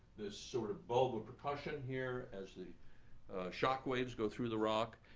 this sort of bulb of percussion here as the shockwaves go through the rock.